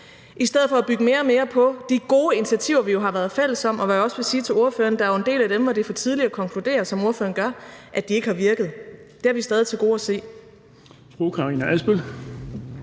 i stedet for at bygge mere og mere på de gode initiativer, vi jo har været fælles om. Og jeg vil også sige til ordføreren, at der er en del af dem, som det er for tidligt at konkludere ikke har virket, som ordføreren gør. Det har vi stadig til gode at se.